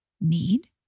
need